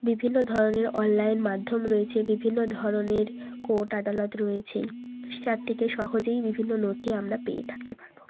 বিভিন্ন ধরনের অনলাইন মাধ্যম রয়েছে বিভিন্ন ধরনের কোর্ট আদালত রয়েছেই সার থেকে সহজেই বিভিন্ন নথি আমরা পেয়ে থাকতে পারব